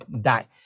die